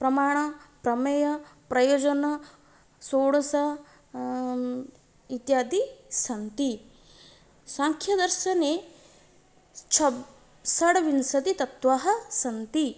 प्रमाणप्रमेयप्रयोजनं षोडशाः इत्यादि सन्ति साङ्ख्यदर्शने छब् षड्विंशतितत्त्वानि सन्ति